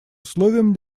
условием